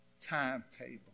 timetable